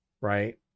Right